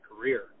career